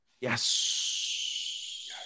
Yes